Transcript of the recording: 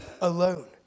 alone